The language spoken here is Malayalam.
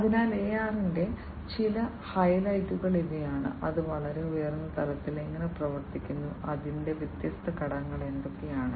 അതിനാൽ AR ന്റെ ചില ഹൈലൈറ്റുകൾ ഇവയാണ് അത് വളരെ ഉയർന്ന തലത്തിൽ എങ്ങനെ പ്രവർത്തിക്കുന്നു അതിന്റെ വ്യത്യസ്ത ഘടകങ്ങൾ എന്തൊക്കെയാണ്